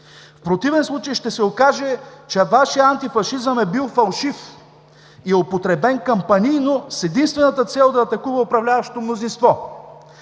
В противен случай ще се окаже, че Вашият антифашизъм е бил фалшив и употребен кампанийно с единствената цел да атакува управляващото мнозинство.